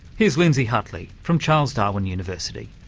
here's lindsay hutley from charles darwin university.